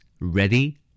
Ready